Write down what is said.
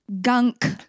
Gunk